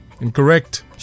Incorrect